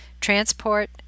transport